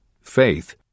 Faith